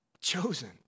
Chosen